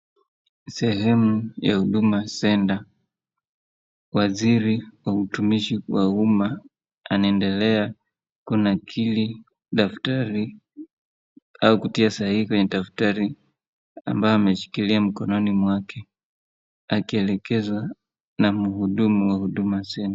Sehemu ya Huduma Center .Waziri wa hutumishi wa umma anaendele kunakili daftari au kutia sahihi kwenye daftari ambao ameshikilia mkononi wake akielekezwa na mhudumu wa Huduma Center.